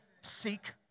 Seek